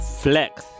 Flex